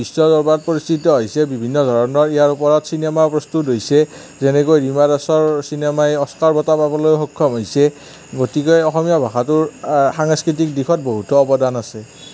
এটা বিশ্ব দৰবাৰত পৰিচিত হৈছে বিভিন্ন ধৰণৰ ইয়াৰ ওপৰত চিনেমাও প্ৰস্তুত হৈছে যেনেকৈ হিমা দাসৰ চিনেমাই অস্কাৰ বটা পাবলৈ সক্ষম হৈছে গতিকে অসমীয়া ভাষাটোৰ সাংস্কৃতিক দিশত বহুতো অৱদান আছে